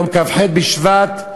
ביום כ"ח בשבט,